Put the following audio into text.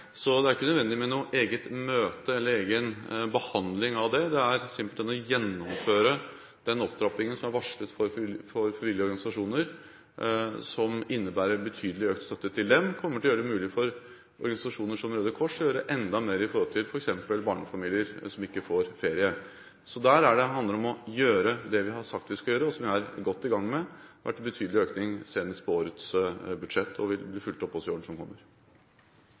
Det er ikke nødvendig med noe eget møte eller noen egen behandling av det, det er simpelthen å gjennomføre den opptrappingen som er varslet for frivillige organisasjoner. Den innebærer betydelig økt støtte til dem og kommer til å gjøre det mulig for organisasjoner som Røde Kors å gjøre enda mer overfor f.eks. barnefamilier som ikke får ferie. Det handler om å gjøre det vi har sagt vi skal gjøre, og som vi er godt i gang med. Det har vært en betydelig økning, senest på årets budsjett, og det vil bli fulgt opp også i årene som kommer.